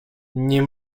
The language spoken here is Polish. nie